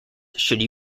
should